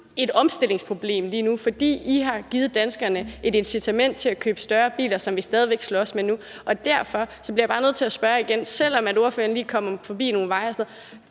et omstillingsproblem lige nu, fordi I har givet danskerne et incitament til at købe større biler, som er noget, vi stadig væk slås med nu. Og derfor bliver jeg bare nødt til igen at spørge: Selv om ordføreren lige kom forbi det med veje og sådan noget,